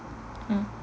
mmhmm